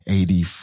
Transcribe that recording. Eighty